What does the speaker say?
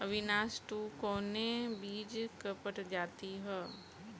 Avinash two कवने बीज क प्रजाति ह?